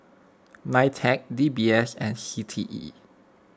Nitec D B S and C T E